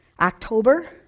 October